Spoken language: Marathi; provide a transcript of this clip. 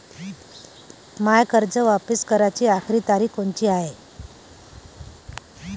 मायी कर्ज वापिस कराची आखरी तारीख कोनची हाय?